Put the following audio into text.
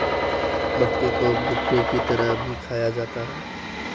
मक्के को भुट्टे की तरह भी खाया जाता है